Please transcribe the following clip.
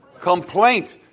Complaint